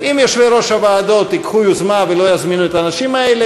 אם יושבי-ראש הוועדות ייקחו יוזמה ולא יזמינו את האנשים האלה,